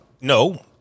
No